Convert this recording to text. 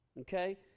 Okay